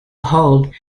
hold